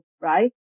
right